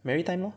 maritime lor